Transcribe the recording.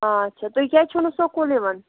آچھا تُہۍ کیٛازِ چھو نہٕ سکوٗل یِوان